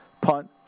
Punt